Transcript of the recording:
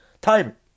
Time